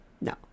no